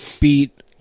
beat